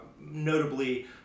notably